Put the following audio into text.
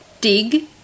Dig